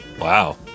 Wow